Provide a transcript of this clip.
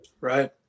Right